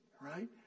right